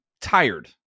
tired